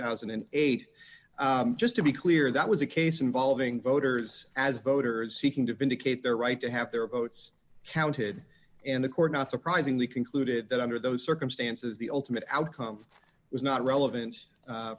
thousand and eight just to be clear that was a case involving voters as voters seeking to vindicate their right to have their votes counted and the court not surprisingly concluded that under those circumstances the ultimate outcome was not relevan